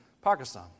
Pakistan